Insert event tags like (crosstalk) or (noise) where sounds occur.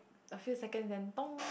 a few seconds then (noise)